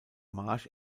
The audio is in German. marsch